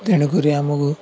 ତେଣୁକରି ଆମକୁ